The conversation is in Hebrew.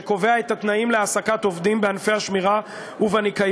שקובע את התנאים להעסקת עובדים בענפי השמירה והניקיון